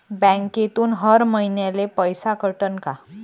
बँकेतून हर महिन्याले पैसा कटन का?